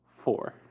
Four